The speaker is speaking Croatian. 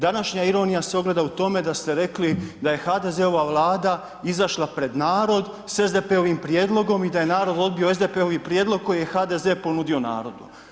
Današnja ironija se ogleda u tom da ste rekli da je HDZ-ova Vlada izašla pred narod s SDP-ovim prijedlogom i da je narod odbio SDP-ovi prijedlog koji je HDZ ponudio narodu.